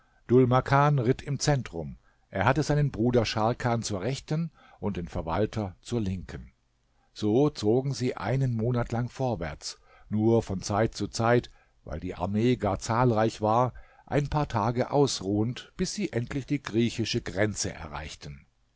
dhul makan ritt im zentrum er hatte seinen bruder scharkan zur rechten und den verwalter zur linken so zogen sie einen monat lang vorwärts nur von zeit zu zeit weil die armee gar zahlreich war ein paar tage ausruhend bis sie endlich die griechische grenze erreichten